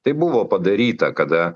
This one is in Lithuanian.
tai buvo padaryta kada